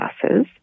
classes